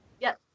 Yes